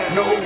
no